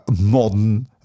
modern